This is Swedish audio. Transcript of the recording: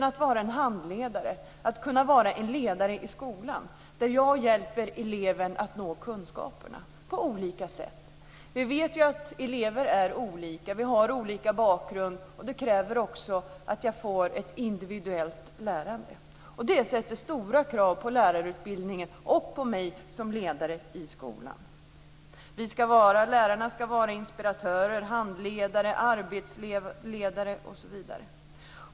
Läraren är en handledare, en ledare i skolan som hjälper eleven att nå kunskaperna på olika sätt. Vi vet att elever är olika och har olika bakgrund. Det kräver ett individuellt lärande. Det ställer stora krav på lärarutbildningen och på läraren som ledare i skolan. Lärarna ska vara inspiratörer, handledare, arbetsledare osv.